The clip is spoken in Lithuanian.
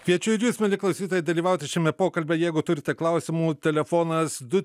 kviečiu ir jus mieli klausytojai dalyvauti šiame pokalbyje jeigu turite klausimų telefonas du